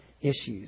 issues